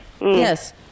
Yes